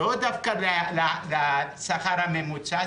לאו דווקא לשכר הממוצע.